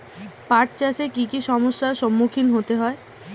পাঠ চাষে কী কী সমস্যার সম্মুখীন হতে হয়?